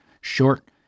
Short